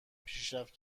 پیشرفت